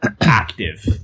active